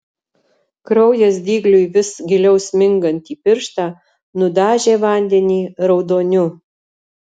kraujas dygliui vis giliau smingant į pirštą nudažė vandenį raudoniu